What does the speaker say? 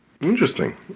Interesting